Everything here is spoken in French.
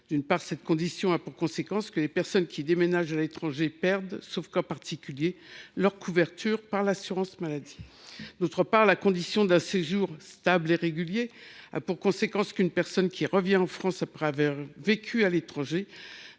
D’une part, cette condition a pour conséquence que les personnes qui déménagent à l’étranger perdent, sauf cas particulier, leur couverture par l’assurance maladie ; d’autre part, la condition d’un séjour « stable et régulier » a pour conséquence qu’une personne qui revient en France après avoir vécu à l’étranger